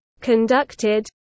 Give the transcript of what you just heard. conducted